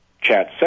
chat